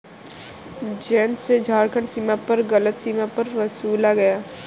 जयंत से झारखंड सीमा पर गलत सीमा कर वसूला गया